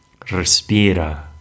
Respira